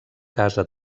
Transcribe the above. casa